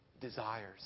desires